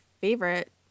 favorite